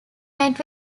met